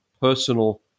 personal